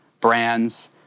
brands